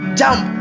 jump